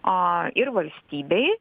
o ir valstybei